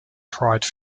pride